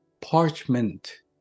parchment